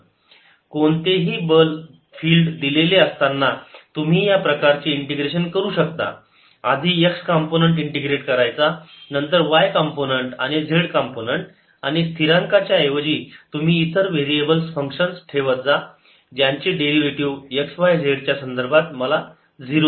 Vxyz x2yzf ∂V∂z x2y∂f∂z x2y dfdz0fconstant Vxyz x2yzconstant कोणतेही बल field दिलेले असताना तुम्ही या प्रकारचे इंटिग्रेशन करू शकता आधी x कंपोनंन्ट इंटिग्रेट करायचा नंतर y कंपोनंन्ट आणि z कंपोनंन्ट आणि स्थिरांकाच्या ऐवजी तुम्ही इतर व्हेरिएबल्स फंक्शन्स ठेवत जा यांचे डेरिव्हेटिव्ह x y z च्या संदर्भात मला 0 देतात